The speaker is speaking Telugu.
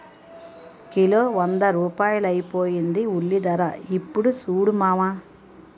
కిలో వంద రూపాయలైపోయింది ఉల్లిధర యిప్పుడు సూడు మావా